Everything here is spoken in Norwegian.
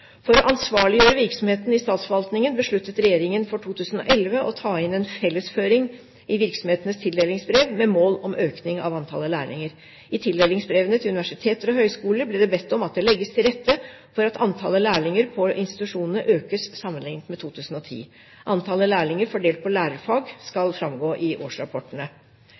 For å ansvarliggjøre virksomhetene i statsforvaltningen besluttet regjeringen for 2011 å ta inn en fellesføring i virksomhetenes tildelingsbrev med mål om økning av antallet lærlinger. I tildelingsbrevene til universiteter og høyskoler ble det bedt om at det legges til rette for at antallet lærlinger ved institusjonene økes sammenlignet med 2010. Antallet lærlinger, fordelt på lærefag, skal framgå i årsrapportene.